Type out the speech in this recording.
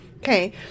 Okay